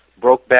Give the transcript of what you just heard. Brokeback